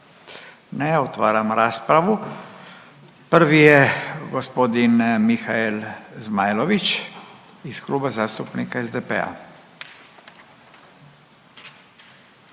Ne. Otvaram raspravu. Prvi je gospodin Mihael Zmajlović iz Kluba zastupnika SDP-a.